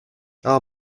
our